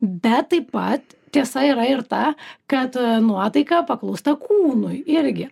bet taip pat tiesa yra ir ta kad nuotaika paklūsta kūnui irgi